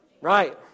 Right